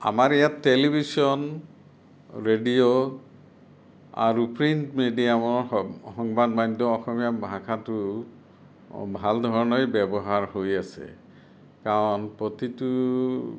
আমাৰ ইয়াত television radio আৰু প্ৰিন্ট মিডিয়ামৰ সং সংবাদ মাধ্যমৰ অসমীয়া ভাষাটোৰ ভালধৰণেই ব্যৱহাৰ হৈ আছে কাৰণ প্ৰতিটো